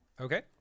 Okay